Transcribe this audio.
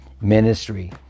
ministry